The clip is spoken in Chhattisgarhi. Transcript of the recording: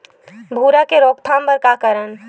भूरा के रोकथाम बर का करन?